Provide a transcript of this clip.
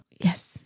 Yes